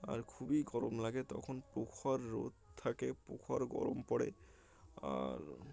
আর খুবই গরম লাগে তখন প্রখর রোদ থাকে প্রখর গরম পড়ে আর